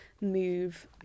move